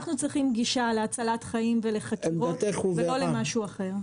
אנחנו צריכים גישה להצלת חיים ולחקירות ולא למשהו אחר.